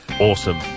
Awesome